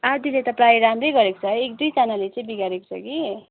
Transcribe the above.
आधाले त प्रायः राम्रै गरेको छ एक दुईजनाले चाहिँ बिगारेको छ कि